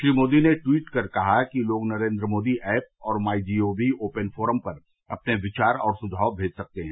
श्री मोदी ने ट्वीट कर कहा है कि लोग नरेन्द्र मोदी ऐप और my G O V open forum पर अपने विचार और सुझाव भेज सकते हैं